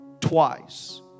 twice